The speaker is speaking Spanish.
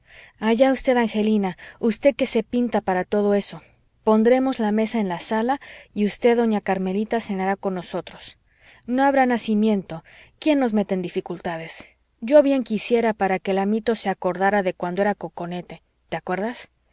allá usted angelina usted que se pinta para todo eso pondremos la mesa en la sala y usted doña carmelita cenará con nosotros no habrá nacimiento quién nos mete en dificultades yo bien quisiera para que el amito se acordara de cuando era coconete te acuerdas